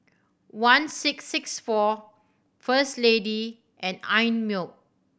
one six six four First Lady and Einmilk